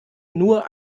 nur